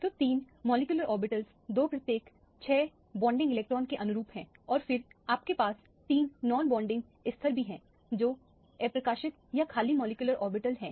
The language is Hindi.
तो 3 मॉलिक्यूलर ऑर्बिटल 2 प्रत्येक 6 बॉन्डिंग इलेक्ट्रॉनों के अनुरूप हैं और फिर आपके पास 3 नॉन बॉन्डिंग स्तर भी हैं जो अप्रकाशित या खाली मॉलिक्यूलर ऑर्बिटल हैं